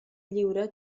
lliure